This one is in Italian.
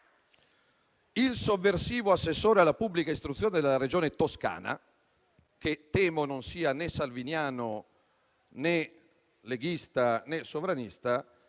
il sovversivo assessore alla pubblica istruzione della Regione Toscana, che temo non sia né salviniano, né leghista, né sovranista,